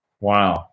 wow